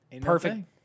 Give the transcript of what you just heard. Perfect